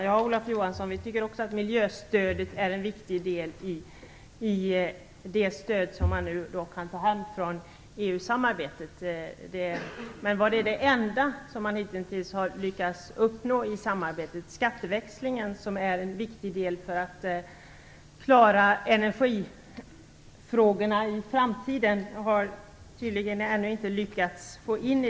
Fru talman! Vi tycker också att miljöstödet är en viktig del i det stöd man nu kan ta hem från EU samarbetet, Olof Johansson. Men var det stödet det enda som man hitintills har lyckats uppnå i samarbetet? Skatteväxlingen, som är viktig för att klara energifrågorna i framtiden, har man tydligen ännu inte lyckats få in.